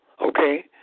okay